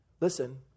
Listen